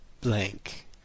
blank